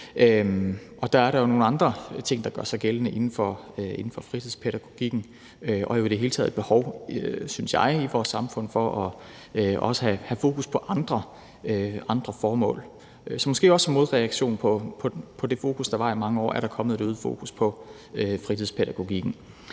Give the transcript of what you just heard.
der jo nogle andre ting, der gør sig gældende inden for fritidspædagogikken, og i det hele taget et behov, synes jeg, i vores samfund for også at have fokus på andre formål. Så måske også som en modreaktion på det fokus, der var i mange år, er der kommet et øget fokus på fritidspædagogikken.